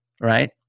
right